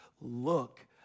look